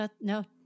No